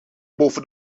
boven